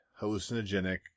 hallucinogenic